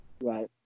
Right